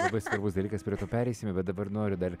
labai svarbus dalykas prie to pereisime bet dabar noriu dar